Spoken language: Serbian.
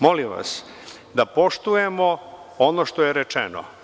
Molim vas da poštujemo ono što je rečeno.